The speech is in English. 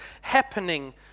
happening